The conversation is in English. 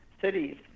cities